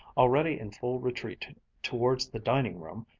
already in full retreat towards the dining-room,